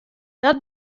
dat